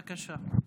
בבקשה.